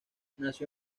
nació